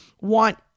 want –